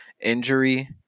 injury